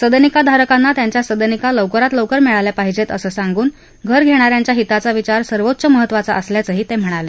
सदनिकाधारकांना त्यांच्या सदनिका लवकरात लवकर मिळाल्या पाहिजेत असं सांगून घर घेणाऱ्यांच्या हिताचा विचार सर्वोच्च महत्त्वाचा असल्याचंही ते म्हणाले